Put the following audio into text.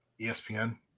ESPN